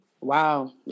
Wow